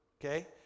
Okay